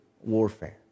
warfare